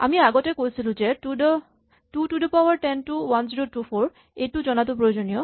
আমি আগতে কৈছিলো যে two to the power ten টো ১০২৪ এইটো জনাটো প্ৰয়োজনীয়